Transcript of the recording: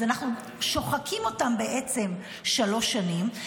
אז אנחנו שוחקים אותם בעצם שלוש שנים,